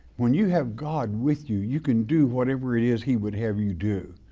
when you have god with you, you can do whatever it is he would have you do.